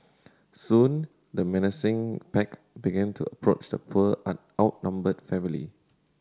soon the menacing pack began to approach the poor an outnumbered family